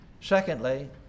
Secondly